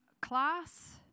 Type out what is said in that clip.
class